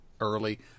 early